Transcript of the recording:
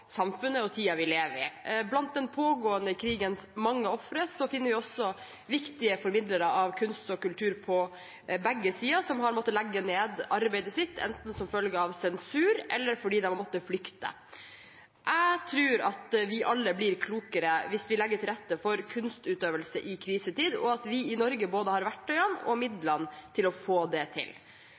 vi lever i. Blant de mange ofrene for den pågående krigen i Ukraina finner vi viktige formidlere av kunst og kultur på begge sider, som har måttet legge ned virksomheten sin, som følge av sensur eller fordi de har måttet flykte. Vi blir alle klokere dersom vi legger til rette for kunstutøvelse i krisetid, og vi i Norge har verktøyene og midlene til å få det til.